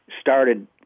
started